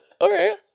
okay